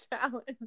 challenge